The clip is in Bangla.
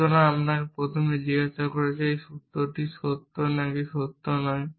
সুতরাং প্রথমে আমাকে জিজ্ঞাসা করা যাক এই সূত্রটি সত্য নাকি সত্য নয়